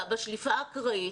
שליפה האקראית,